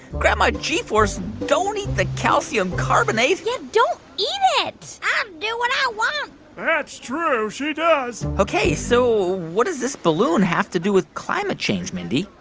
grandma g-force, don't eat the calcium carbonate yeah, don't eat it i do what i want that's true she does ok, so what does this balloon have to do with climate change, mindy?